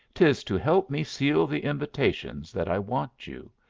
tis to help me seal the invitations that i want you.